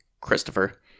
Christopher